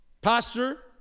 pastor